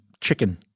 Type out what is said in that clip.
Chicken